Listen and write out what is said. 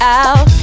out